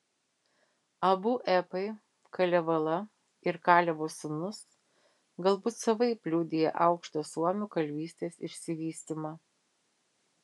abu epai kalevala ir kalevo sūnus galbūt savaip liudija aukštą suomių kalvystės išsivystymą